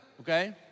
okay